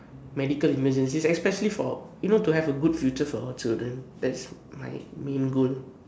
medical emergencies especially for you know to have a good future for our children that's my main goal